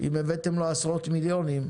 אם הבאתם לו עשרות מיליונים,